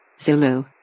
Zulu